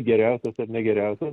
geriausias ar ne geriausias